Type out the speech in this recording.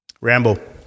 Rambo